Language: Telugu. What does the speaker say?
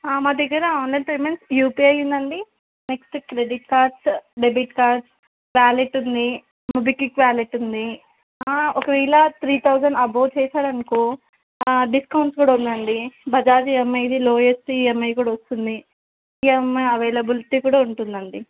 మా దగ్గర ఆన్లైన్ పేమెంట్స్ యూపీఐ ఉందండి next credit cards debit card wallet ఉంది మోబిక్విక్ వ్యాలెట్ ఉంది ఒకవేళ త్రీ థౌజండ్ అబోవ్ చేశారనుకో డిస్కౌంట్స్ కూడా ఉందండి బజాజ్ ఈఎంఐది లోయస్ట్ ఈఎంఐ కూడా వస్తుంది ఈఎంఐ అవైలబులిటీ కూడా ఉంటుందండి